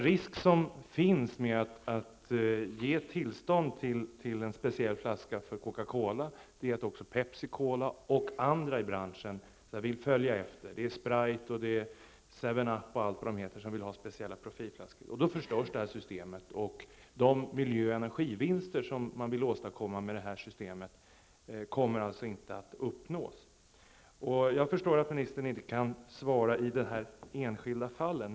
Risken med att ge tillstånd till en speciell flaska för Coca-Cola är att också Pepsi Cola och andra i branschen -- t.ex. Sprite och Seven Up -- vill ha speciella profilflaskor. Då förstörs det här systemet, och de miljö och energivinster som man vill åstadkomma med detta system kommer alltså inte att uppnås. Jag förstår att ministern inte kan ge något svar i det enskilda fallet.